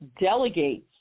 delegates